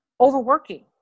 overworking